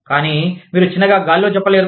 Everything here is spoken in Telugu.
కానీ మీరు చిన్నగా గాలిలో చెప్పలేరు